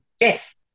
Yes